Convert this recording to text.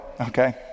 okay